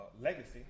legacy